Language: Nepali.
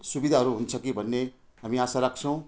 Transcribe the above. सुविधाहरू हुन्छ कि भन्ने हामी आशा राख्छौँ